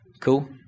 Cool